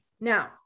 Now